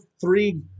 three